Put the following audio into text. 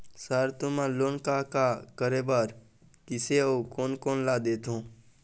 Sir तुमन loan का का करें बर, किसे अउ कोन कोन ला देथों?